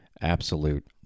absolute